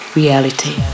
reality